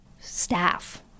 staff